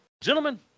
Gentlemen